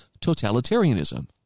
totalitarianism